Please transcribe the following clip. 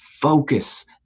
focus